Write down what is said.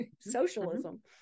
socialism